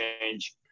change